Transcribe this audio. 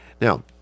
Now